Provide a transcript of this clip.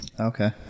Okay